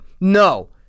no